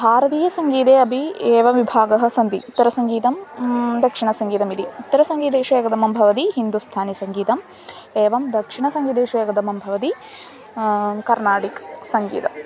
भारतीयसङ्गीते अपि एव विभागाः सन्ति उत्तरसङ्गीतं दक्षिणसङ्गीतम् इति उत्तरसङ्गीतेषु एकं भवति हिन्दुस्थानी सङ्गीतम् एवं दक्षिणसङ्गीतेषु एकं भवति कर्नाटकीय सङ्गीतं च